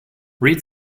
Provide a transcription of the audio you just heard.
read